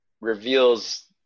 reveals